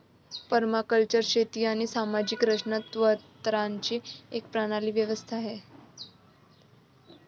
permaculture शेती आणि सामाजिक रचना तत्त्वांची एक प्रणाली व्यवस्था आहे